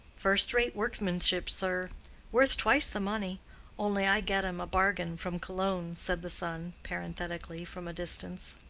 first-rate workmanship, sir worth twice the money only i get em a bargain from cologne, said the son, parenthetically, from a distance.